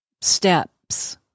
steps